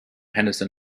henderson